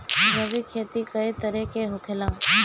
जैविक खेती कए तरह के होखेला?